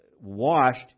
washed